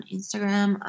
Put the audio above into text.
Instagram